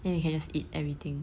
then we can just eat everything